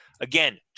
Again